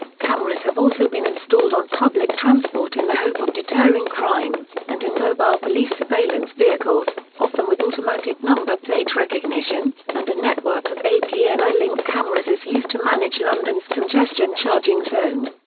cameras have also been installed on public transport in the hope of deterring crime, and in mobile police surveillance vehicles, often with automatic number plate recognition, and a network of apni-linked cameras is used to manage london's congestion charging zone.